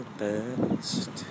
best